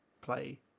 play